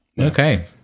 Okay